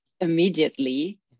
immediately